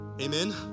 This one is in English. Amen